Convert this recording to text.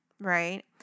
right